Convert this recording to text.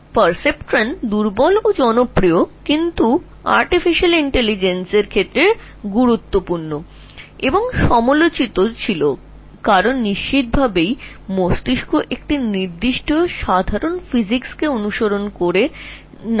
perceptron জিনিসটি খুব দুর্বল ছিল কিন্তু জনপ্রিয়তার কারন এটি artificial intelligence এর জন্য উৎসাহজনক ছিল তবে এটির নিজস্ব চর্চা ছিল কারণ স্পষ্টতই মস্তিষ্ক আমি নিশ্চিত যে একটি সাধারণ পদার্থবিজ্ঞান অনুসরণ করে না